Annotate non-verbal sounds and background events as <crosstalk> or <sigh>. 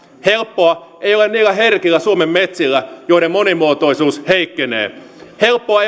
helppoa ei ole niillä herkillä suomen metsillä joiden monimuotoisuus heikkenee helppoa <unintelligible>